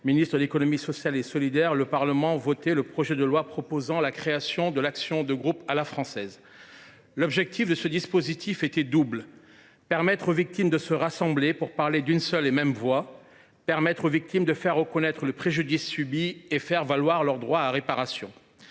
ministre de l’économie sociale et solidaire, le Parlement votait le projet de loi portant création de l’action de groupe à la française. L’objectif de ce dispositif était double : permettre aux victimes de se rassembler pour parler d’une seule et même voix ; permettre aux victimes de faire reconnaître le préjudice subi et de faire valoir leur droit à réparation.